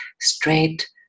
straight